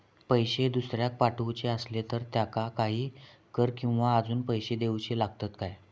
पैशे दुसऱ्याक पाठवूचे आसले तर त्याका काही कर किवा अजून पैशे देऊचे लागतत काय?